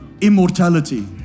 immortality